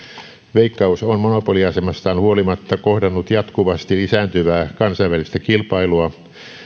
veikkaus on monopoliasemastaan huolimatta kohdannut jatkuvasti lisääntyvää kansainvälistä kilpailua